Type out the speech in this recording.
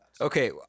okay